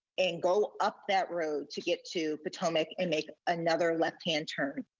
and go up that road to get to potomac and make another left-hand turn.